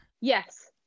Yes